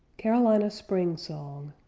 carolina spring song